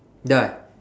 dah eh